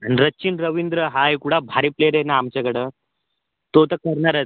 आणि रचिन रवींद्र हा एवढा भारी प्लेयर आहे नं आमच्याकडं तो तर खेळणारच